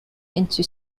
into